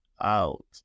out